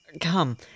Come